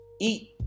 eat